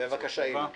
בבקשה, אילן.